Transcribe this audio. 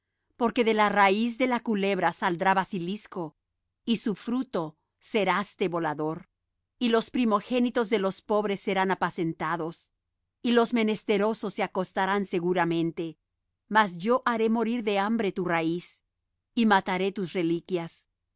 porque de la raíz de la culebra saldrá basilisco y su fruto ceraste volador y los primogénitos de los pobres serán apacentados y los menesterosos se acostarán seguramente mas yo haré morir de hambre tu raíz y mataré tus reliquias